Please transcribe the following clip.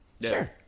sure